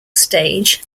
stage